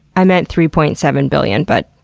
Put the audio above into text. i meant three point seven billion, but,